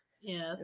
Yes